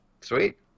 sweet